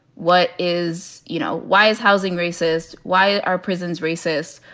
what is, you know, why is housing racist? why are prisons racist?